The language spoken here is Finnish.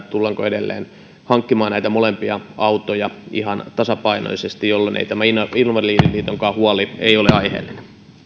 tullaanko edelleen hankkimaan näitä molempia autoja ihan tasapainoisesti jolloin ei tämä invalidiliitonkaan huoli ole aiheellinen